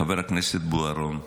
חבר הכנסת בוארון,